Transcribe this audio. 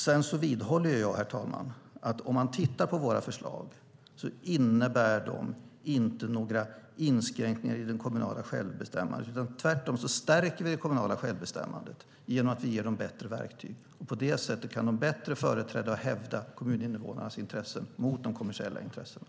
Sedan vidhåller jag, herr talman, att om man tittar på våra förslag ser man att de inte innebär några inskränkningar i det kommunala självbestämmandet, tvärtom stärker vi det kommunala självbestämmandet genom att vi ger kommunerna bättre verktyg. På det sättet kan de bättre företräda och hävda kommuninvånarnas intressen mot de kommersiella intressena.